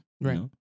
Right